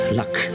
luck